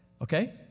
okay